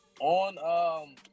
on